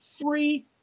Free